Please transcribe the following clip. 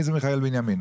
מי זה מיכאל בנימין?